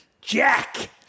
Jack